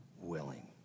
willing